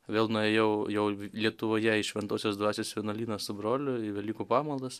vėl nuėjau jau lietuvoje į šventosios dvasios vienuolyną su broliu į velykų pamaldas